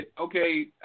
okay